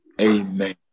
Amen